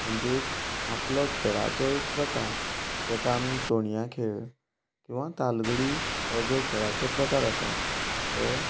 म्हणजेच आपलो खेळाचो एक प्रकार जेका आमी तोणया खेळ किंवां तालगडी हो जो खेळाचो प्रकार आसा हे